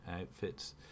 outfits